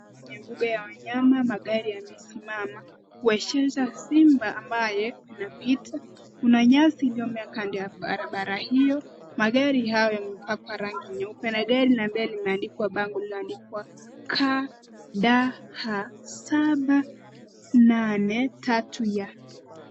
Ni mbuga ya wanyama, magari yamesimama. Washenza simba ambaye anapita. Kuna nyasi iliyomea kando ya barabara hio. Magari hayo yamepakwa rangi nyeupe na gari la mbele limeandikwa bango lililoandikwa KDH 738Y .